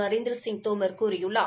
நரேந்திரசிங் தோமர் கூறியுள்ளார்